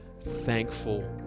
thankful